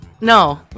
No